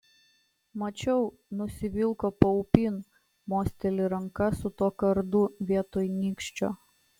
mačiau nusivilko paupin mosteli ranka su tuo kardu vietoj nykščio